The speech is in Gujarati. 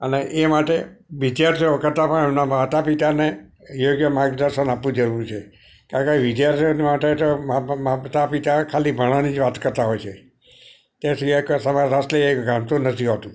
અને એ માટે વિદ્યાર્થીઓ કરતાં પણ એમના માતા પિતાને યોગ્ય માર્ગદર્શન આપવું જરૂર છે કારણ કે વિદ્યાર્થીઓ માટે તો માતા પિતા ખાલી ભણવાની જ વાત કરતાં હોય છે તેથી ગણતું નથી હોતું